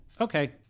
Okay